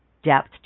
depth